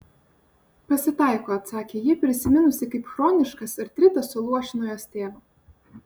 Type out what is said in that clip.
pasitaiko atsakė ji prisiminusi kaip chroniškas artritas suluošino jos tėvą